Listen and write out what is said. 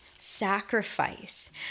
sacrifice